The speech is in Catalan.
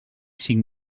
cinc